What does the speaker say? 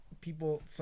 people